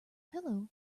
pillow